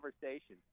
conversation